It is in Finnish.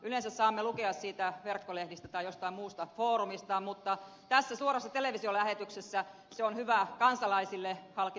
yleensä saamme lukea siitä verkkolehdistä tai jostain muusta foorumista mutta tässä suorassa televisiolähetyksessä se on hyvä kansalaisille halki suomen todeta